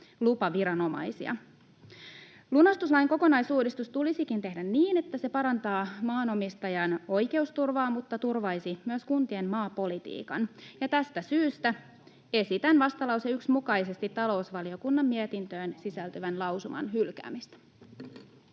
lupaviranomaisia. Lunastuslain kokonaisuudistus tulisikin tehdä niin, että se parantaa maanomistajan oikeusturvaa mutta turvaisi myös kuntien maapolitiikan. Tästä syystä esitän vastalauseen 1 mukaisesti talousvaliokunnan mietintöön sisältyvän lausuman hylkäämistä.